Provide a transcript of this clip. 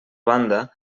banda